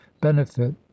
benefit